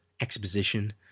exposition